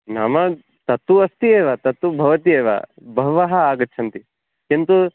नाम तत्तु अस्ति एव तत्तु भवति एव बहवः आगच्छन्ति किन्तु